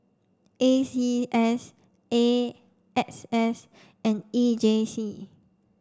A C S A X S and E J C